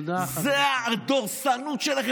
אני הזדעזעתי.